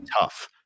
tough